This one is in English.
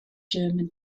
german